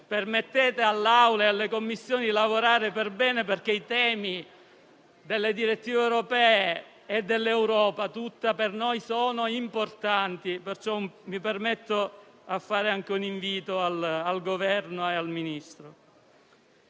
consentite all'Assemblea e alle Commissioni di lavorare per bene perché i temi delle direttive europee e dell'Europa tutta per noi sono importanti. Perciò, mi permetto di fare un invito al Governo e al Ministro